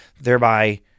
thereby